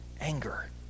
anger